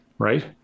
right